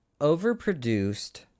overproduced